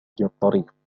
الطريق